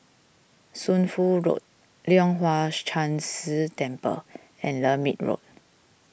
Shunfu Road Leong Hwa Chan Si Temple and Lermit Road